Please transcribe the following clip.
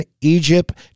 egypt